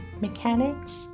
mechanics